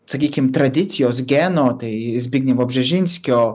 sakykim tradicijos geno tai zbignevo bžežinskio